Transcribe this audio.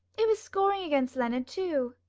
it was scoring against leonard, too.